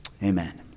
Amen